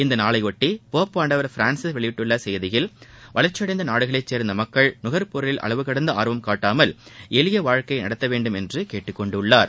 இந்நாளையொட்டி போப்பாண்டவர் பிரான்சிஸ் வெளியிட்டுள்ள செய்தியில் வளர்ச்சியடைந்த நாடுகளைச் சேர்ந்த மக்கள் நுகர்பொருளில் அளவுகடந்த ஆர்வம் காட்டாமல் எளிய வாழ்க்கையை நடத்த வேண்டுமென்று கேட்டுக் கொண்டுள்ளார்